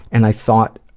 and i thought,